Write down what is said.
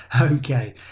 okay